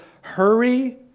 hurry